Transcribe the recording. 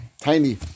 tiny